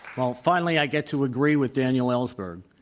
well, finally, i get to agree with daniel ellsberg.